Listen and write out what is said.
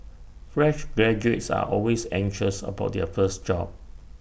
fresh graduates are always anxious about their first job